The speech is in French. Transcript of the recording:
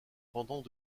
pendant